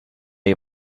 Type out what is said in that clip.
you